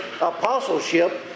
apostleship